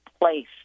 place